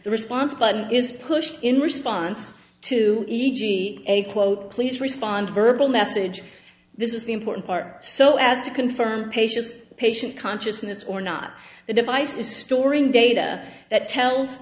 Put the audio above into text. the response button is pushed in response to a quote please respond verbal message this is the important part so as to confirm patients patient consciousness or not the device is storing data that tells